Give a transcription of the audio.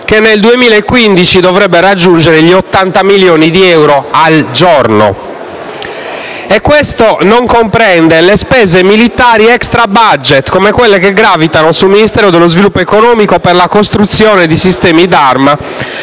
che nel 2015 dovrebbe raggiungere gli 80 milioni di euro al giorno. E questo non comprende le spese militari *extra budget*, come quelle che gravitano sul Ministero dello sviluppo economico per la costruzione di sistemi d'arma